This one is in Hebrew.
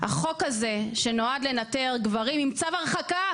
החוק הזה, שנועד לנטר גברים עם צו הרחקה